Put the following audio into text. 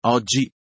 Oggi